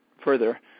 further